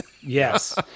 Yes